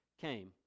came